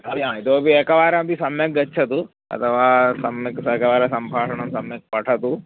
तर्हि इतोपि एकवारमपि सम्यक् गच्छतु अथवा सम्यक् स एकवारं सम्भाषणं सम्यक् पठतु